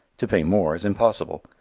to pay more is impossible.